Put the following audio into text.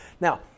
Now